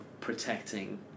protecting